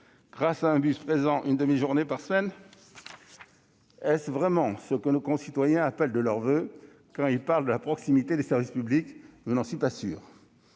Grâce à un bus présent une demi-journée par semaine ? Est-ce vraiment là ce que nos concitoyens appellent de leurs voeux quand ils parlent de la proximité des services publics ? Je n'en suis pas sûr